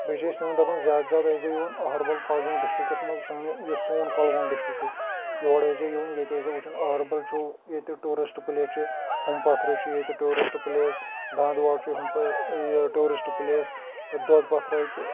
بیٚیہِ چھِ أسۍ تِمن دَپان زیادٕ زیادٕ ٲسزیٚو یِوان اَہربل کۄلگوم ڈِسٹِرٛکس منٛز سٲنہ یُس سوٗن کۄلگوم ڈِسٹِرٛک چھُ یور ٲسزیٚو یِوان ییٚتہِ ٲسزیٚو وُچھان أہربل چھُ ییٚتہِ ٹوٗرِسٹہٕ پٕلیس چھِ ہُم پتھرٕ چھُ ییٚتہِ ٹوٗرِسٹہٕ پٕلیس داندٕواڑ چھُ ہُم یہِ ٹوٗرسٹہٕ پٕلیس دۄدھ پَتھرے چھُ